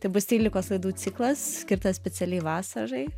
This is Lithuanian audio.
tai bus trylikos laidų ciklas skirtas specialiai vasarai